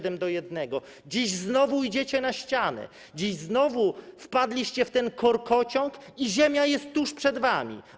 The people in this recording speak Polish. Dziś znowu idziecie na ścianę, dziś znowu wpadliście w ten korkociąg i ziemia jest tuż przed wami.